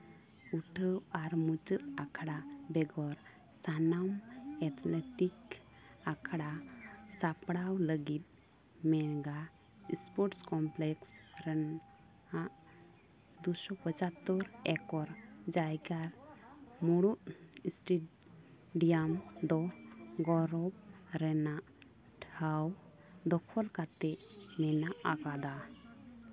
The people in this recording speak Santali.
ᱩᱰᱟᱹᱣ ᱟᱨ ᱢᱩᱪᱟᱹᱫ ᱟᱠᱷᱲᱟ ᱵᱮᱜᱚᱨ ᱥᱟᱱᱟᱢ ᱮᱛᱷᱮᱞᱮᱴᱤᱠ ᱟᱠᱷᱲᱟ ᱥᱟᱯᱲᱟᱣ ᱞᱟᱹᱜᱤᱫ ᱢᱮᱜᱟ ᱥᱯᱳᱴᱥ ᱠᱚᱢᱯᱞᱮᱠᱥ ᱨᱮᱱᱟᱜ ᱟᱜ ᱫᱩ ᱥᱚ ᱯᱚᱪᱟᱛᱛᱚᱨ ᱮᱠᱚᱨ ᱡᱟᱭᱜᱟ ᱢᱩᱬᱩᱫ ᱥᱴᱮᱵᱤᱭᱟᱢ ᱫᱚ ᱜᱚᱨᱚᱵᱽ ᱨᱮᱱᱟᱜ ᱴᱷᱟᱶ ᱫᱚᱠᱠᱷᱚᱞ ᱠᱟᱛᱮ ᱢᱮᱱᱟᱜ ᱟᱠᱟᱫᱟ